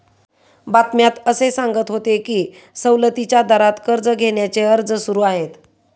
बातम्यात असे सांगत होते की सवलतीच्या दरात कर्ज घेण्याचे अर्ज सुरू आहेत